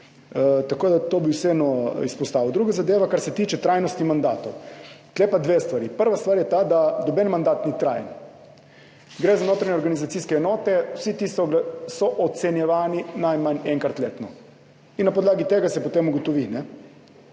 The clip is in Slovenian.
To bi vseeno izpostavil. Druga zadeva, kar se tiče trajnosti mandatov. Tu pa dve stvari. Prva stvar je ta, da noben mandat ni trajen. Gre za notranje organizacijske enote, vsi ti so ocenjevani najmanj enkrat letno in ugotovi se potem na